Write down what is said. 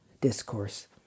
discourse